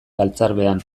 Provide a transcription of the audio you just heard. galtzarbean